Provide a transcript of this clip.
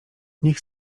niech